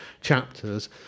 chapters